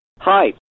Hi